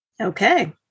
Okay